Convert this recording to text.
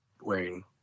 wearing